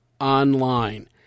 online